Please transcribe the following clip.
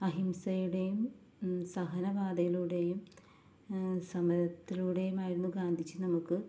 അഹിംസയുടെയും സഹനപാതയിലൂടെയും സമരത്തിലൂടെയും ആയിരുന്നു ഗാന്ധിജി നമുക്ക്